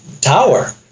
tower